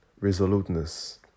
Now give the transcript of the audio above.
resoluteness